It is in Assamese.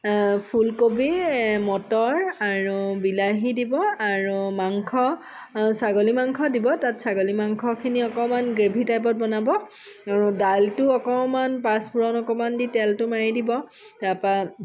ফুলকবি মটৰ আৰু বিলাহী দিব আৰু মাংস ছাগলী মাংস দিব তাত ছাগলী মাংসখিনি অকমান গ্ৰেভি টাইপত বনাব আৰু দালটো অকণমান পাঁচফুৰণ অকভমান দি তেলটো মাৰি দিব তাৰপৰা